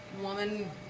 woman